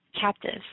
captives